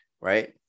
right